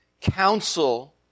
counsel